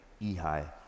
Ehi